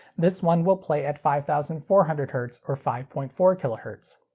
this one will play at five thousand four hundred hertz, or five point four kilohertz.